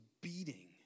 beating